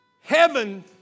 Heaven